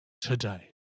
today